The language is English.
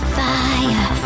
fire